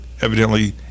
evidently